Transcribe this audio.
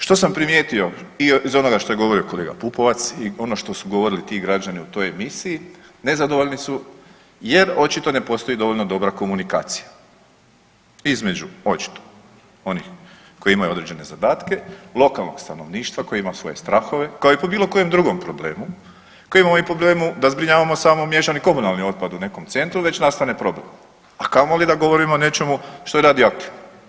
Što sam primijetio i iz onoga što je govorio kolega Pupovac i ono što su govorili ti građani u toj emisiji nezadovoljni su jer očito ne postoji dovoljno dobra komunikacija između očito onih koji imaju određene zadatke, lokalnog stanovništva koje ima svoje strahove kao i po bilo kojem drugom problemu koje imamo i po problemu da zbrinjavamo samo miješani komunalni otpad u nekom centru već nastane problem, a kamoli da govorimo o nečemu što je radioaktivno.